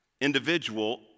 individual